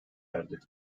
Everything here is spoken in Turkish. erdi